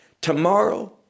tomorrow